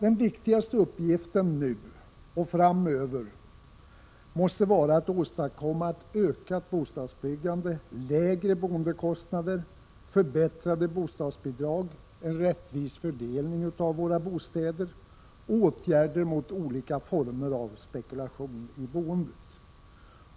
Den viktigaste uppgiften nu och framöver måste vara att åstadkomma ett ökat bostadsbyggande, lägre boendekostnader, förbättrade bostadsbidrag, en rättvis fördelning av våra bostäder och åtgärder mot olika former av spekulation i boendet.